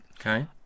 Okay